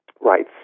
Right